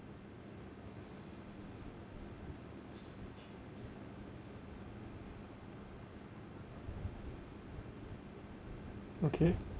okay